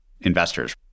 investors